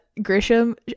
Grisham